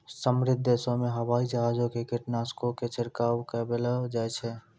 समृद्ध देशो मे हवाई जहाजो से कीटनाशको के छिड़कबैलो जाय छै